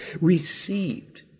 received